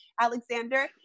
Alexander